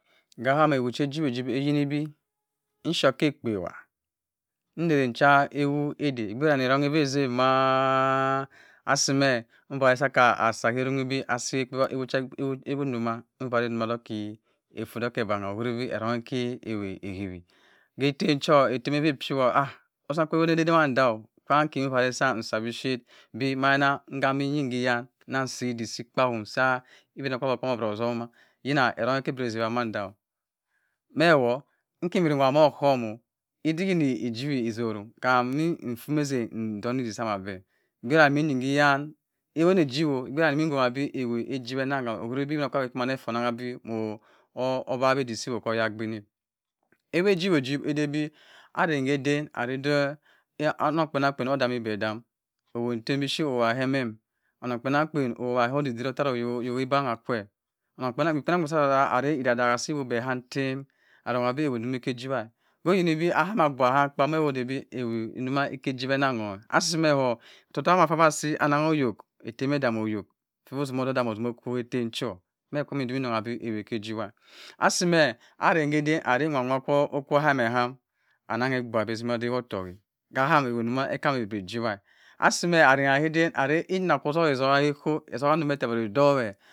. Gahameh ewu che ijcwu jibhi nshep keh ekpewah nterencha che ewu ede buran enonghem meh esemma asimeh nfaseka asa heh erunhibi asi ekpewa ewuduma mpalintima toghe ifundo hebana uhibibi eronkeh hehewe etem cho etem eburi epiwoh osankw iwu neh ede manda fanghe isereh sam isabeh shep bhp mana nhami nyinke yan nansi idik si ekpa mosa ebinokpabi buro osuma imah erengh kebenseh amamanda meh ewoh kimbiri wam muh okumo idik inih ijibi etoren khemi mfumesheng ndoni di sama abeh ngarah meh inyinhe iyan ewyni ijibho minhonye bhe burubeh obinokpabi him efa onengha beh moh owabhi seh oyaybin eh ewujibhuji edibi aranghe kpen adamibeh dam meh beh dam etemi esi owa hemem onung kpanang kpen ohuhu din otereh oyi banba kwe onen kpenang kpen are idi dasha si wubiham ntem oronghe bi uwuhime kijibah oyini be ahama abua hah akpah mawo odebi ewu yi keh isibah onun gho asimeh owo ototok ma asi anongho oyok etem edamme oyok fumu timo odamamo utimu iwo hetem cho chimeh iwe mo ntimi nungha bi ewu keh ijibah asimeh aseng eden are nwa nwa okwo hameh oham aneng agbua beh atima adewo otokk ahameh ewunduma ekameh ewun ejibha asimeh arengha eden areh innah otok etoghe heh ekoh etoghe doh ekpanem edoweh